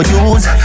use